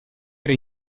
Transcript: era